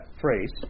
phrase